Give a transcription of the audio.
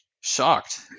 shocked